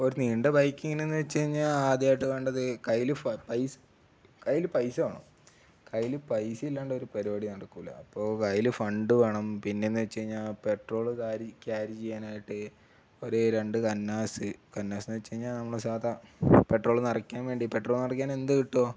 ഒരു നീണ്ട ബൈക്കിങ്ങിനെന്നുവച്ചുകഴിഞ്ഞാല് ആദ്യമായിട്ടു വേണ്ടതു കയ്യില് പൈസ കയ്യില് പൈസ വേണം കൈയില് പൈസ ഇല്ലാണ്ടൊരു പരിപാടി നടക്കൂല അപ്പോള് കയ്യില് ഫണ്ട് വേണം പിന്നേന്നുവച്ചുകഴിഞ്ഞാല് പെട്രോള് കാരി ചെയ്യാനായിട്ട് ഒരു രണ്ട് കന്നാസ് കന്നാസെന്നുവച്ചുകഴിഞ്ഞാല് നമ്മള് സാധാ പെട്രോള് നിറയ്ക്കാൻവേണ്ടി പെട്രോള് നിറയ്ക്കാൻ എന്തു കിട്ടുമോ